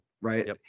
Right